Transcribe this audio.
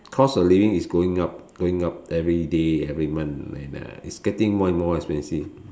cost of living is going up going up every day every month and uh it's getting more and more expensive